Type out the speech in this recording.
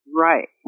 Right